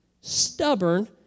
stubborn